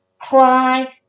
cry